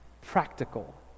practical